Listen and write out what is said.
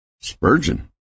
Spurgeon